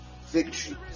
victory